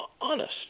honest